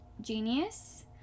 genius